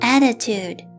Attitude